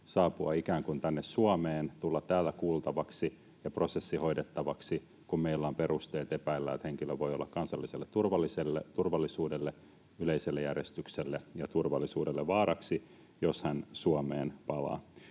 saapua tänne Suomeen, tulla täällä kuultavaksi ja prosessi hoidettavaksi, kun meillä on perusteet epäillä, että henkilö voi olla kansalliselle turvallisuudelle, yleiselle järjestykselle ja turvallisuudelle, vaaraksi, jos hän Suomeen palaa.